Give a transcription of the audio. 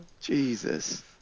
Jesus